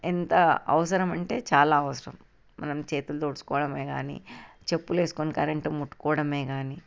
ఎంత అవసరమంటే చాలా అవసరం మనం చేతులు తుడుచుకోవడమే కానీ చెప్పులు వేసుకొని కరెంటు ముట్టుకోవడమే కానీ